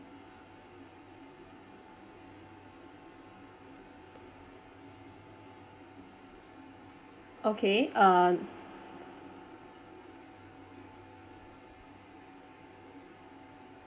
okay uh